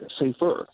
safer